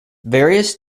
various